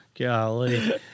Golly